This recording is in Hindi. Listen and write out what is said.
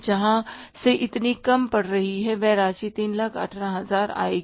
जहां से इतनी कम पड़ रही है वह धनराशि 318000 आएगी